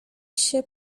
się